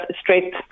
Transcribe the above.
straight